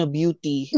beauty